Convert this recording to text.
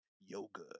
yoga